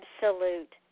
absolute